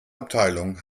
abteilung